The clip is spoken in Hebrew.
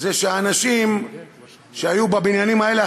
זה שהאנשים שהיו בבניינים האלה,